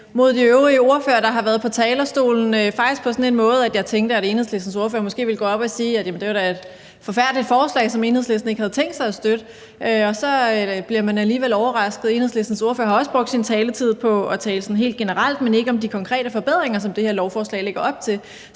mod de øvrige ordførere, der har været på talerstolen; faktisk på sådan en måde, at jeg tænkte, at Enhedslistens ordfører måske ville gå op og sige, at det var et forfærdeligt forslag, som Enhedslisten ikke havde tænkt sig at støtte, og så bliver man alligevel overrasket. Enhedslistens ordfører har også brugt sin taletid på at tale sådan helt generelt, men ikke om de konkrete forbedringer, som det her lovforslag lægger op til.